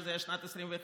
שזה היה בשנת 2021,